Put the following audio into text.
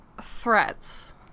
threats